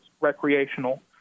recreational